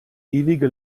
ewige